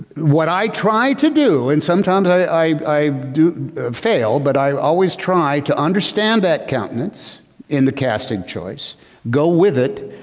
what i try to do and sometimes i do fail but i always try to understand that countenance in the casting choice go with it,